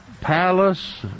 Palace